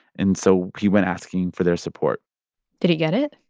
and so he went asking for their support did he get it?